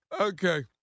Okay